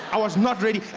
i was not ready.